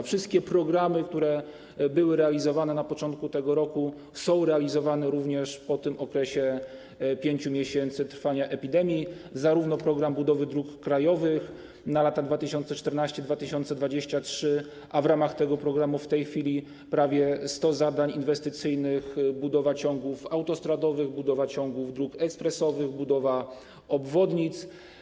Wszystkie programy, które były realizowane na początku tego roku, są realizowane również po tym okresie 5 miesięcy trwania epidemii, również „Program budowy dróg krajowych na lata 2014-2023”, a w ramach tego programu w tej chwili prawie 100 zadań inwestycyjnych: budowa ciągów autostradowych, budowa ciągów dróg ekspresowych, budowa obwodnic.